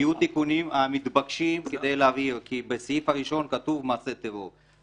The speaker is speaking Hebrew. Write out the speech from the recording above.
יהיו תיקונים מתבקשים כדי להעביר כי בסעיף הראשון כתוב מעשה טרור.